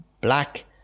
black